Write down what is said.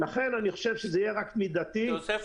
פתאום